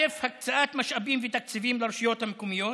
1. הקצאת משאבים ותקציבים לרשויות המקומיות,